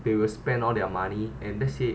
they will spend all their money and that's it